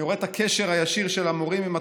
אני רואה את הקשר הישיר של המורים עם התלמידים.